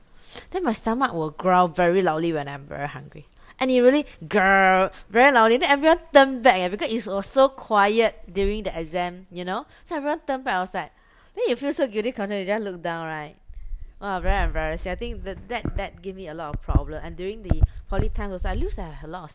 then my stomach will growl very loudly when I'm very hungry and it really very loudly then everyone turn back eh because it was so quiet during the exam you know so everyone turn back I was like then you feel so guilty conscious you just look down right !wah! very embarrassing I think that that that give me a lot of problem and during the poly times also I used to have a lot of